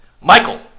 Michael